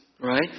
Right